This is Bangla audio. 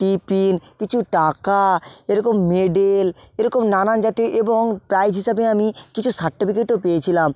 টিফিন কিছু টাকা এরকম মেডেল এরকম নানান জাতীয় এবং প্রাইজ হিসাবে আমি কিছু সার্টিফিকেটও পেয়েছিলাম